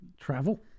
travel